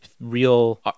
real